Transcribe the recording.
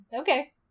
okay